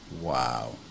Wow